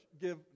give